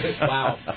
wow